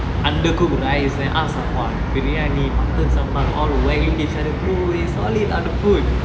undercooked rice then us ah !wah! biryani mutton sambal all eh solid ah the food